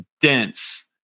dense